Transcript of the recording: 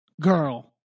Girl